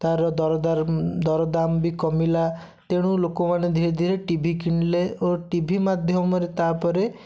ତାର ଦରଦାର୍ ଦରଦାମ୍ ବି କମିଲା ତେଣୁ ଲୋକମାନେ ଧିରେ ଧିରେ ଟି ଭି କିଣିଲେ ଓ ଟି ଭି ମାଧ୍ୟମରେ ତା'ପରେ